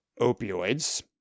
opioids